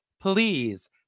please